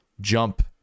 jump